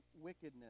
wickedness